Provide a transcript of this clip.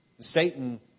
Satan